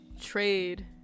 trade